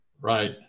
Right